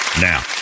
now